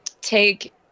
take